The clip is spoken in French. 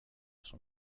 son